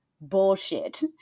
bullshit